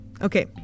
Okay